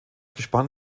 gespann